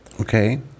Okay